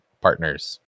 partners